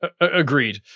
agreed